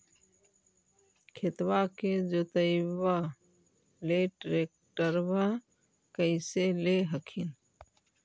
खेतबा के जोतयबा ले ट्रैक्टरबा कैसे ले हखिन?